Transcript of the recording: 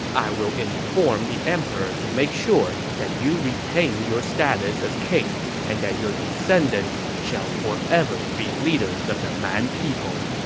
i will inform the emperor to make sure that you retain your status as king and that your descendants shall forever be leaders leaders of the man people.